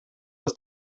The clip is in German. aus